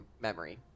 memory